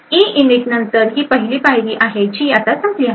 इइनइट नंतर ही पहिली पायरी आहे जी आता संपली आहे